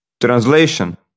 Translation